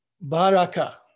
baraka